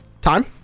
Time